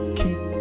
keep